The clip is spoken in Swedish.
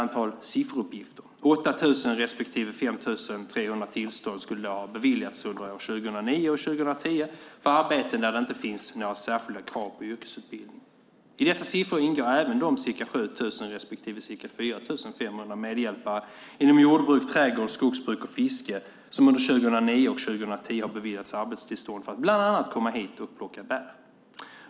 Det skulle ha beviljats 8 000 respektive 5 300 tillstånd under 2009 och 2010 för arbeten där det inte finns några särskilda krav på yrkesutbildning. I dessa siffror ingår även de ca 7 000 respektive 4 500 medhjälpare inom jordbruk, trädgård, skogsbruk och fiske som under 2009 och 2010 beviljats arbetstillstånd för att bland annat komma hit och plocka bär.